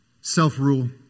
Self-rule